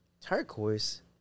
Turquoise